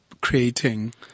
creating